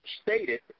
stated